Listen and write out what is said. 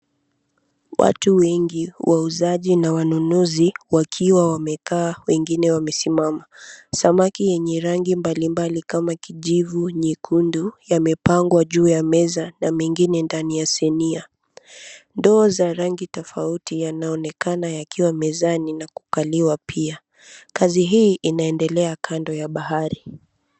Watu wengi, wauzaji na wanunuzi wakiwa wamekaa wengine wamesimama. Samaki yenye rangi mbalimbali kama; kijivu, nyekundu yamepangwa juu ya meza na mengine ndani ya sinia,. Ndoo za rangi tofauti yanaonekana yakiwa mezani na kukaliwa pia. Kazi hii inaendelea kando ya bahari.